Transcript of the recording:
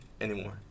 anymore